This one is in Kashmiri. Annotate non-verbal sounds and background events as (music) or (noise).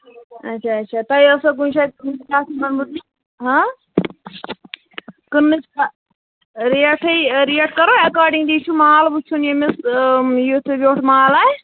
اَچھا اَچھا تۄہہِ اوسُوا کُنہِ جایہِ (unintelligible) اَتھ مُتعلِق ہہ کٕننٕچ ریٹھٕے ریٹ کٔروٕ اٮ۪کاڈِنٛگلی چھُ مال وٕچھُن ییٚمِس یُتھ سُہ ویوٚٹھ مال آسہِ